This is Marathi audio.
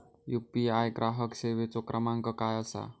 यू.पी.आय ग्राहक सेवेचो क्रमांक काय असा?